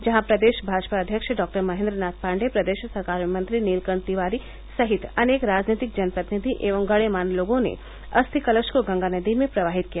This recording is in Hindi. जहां प्रदेश भाजपा अध्यक्ष डॉक्टर महेन्द्र नाथ पाण्डेय प्रदेश सरकार में मंत्री नीलकण्ठ तिवारी सहित अनेक राजनीतिक जनप्रतिनिघ एवं गण्यमान्य लोगों ने अस्थि कलश को गंगा नदी में प्रवाहित किया